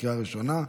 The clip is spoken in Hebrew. בקריאה ראשונה.